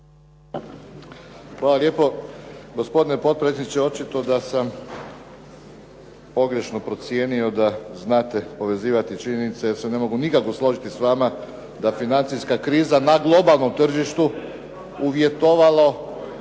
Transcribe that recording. Hvala lijepo. Gospodine potpredsjedniče. Očito da sam pogrešno procijenio da znate povezivati činjenice jer se ne mogu nikako složiti s vama da financijska kriza na globalnom tržištu uvjetovalo